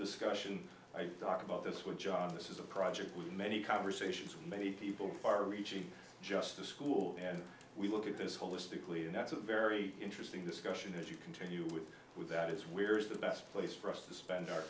discussion i got about this with john this is a project with many conversations with many people far reaching just to school and we look at this holistically and that's a very interesting discussion if you continue with with that is we're is the best place for us to spend our